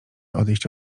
odejść